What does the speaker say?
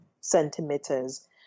centimeters